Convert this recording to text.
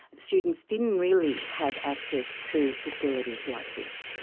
students didn't really have access to facilities like this.